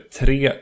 tre